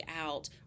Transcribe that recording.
out